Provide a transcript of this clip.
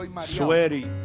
Sweaty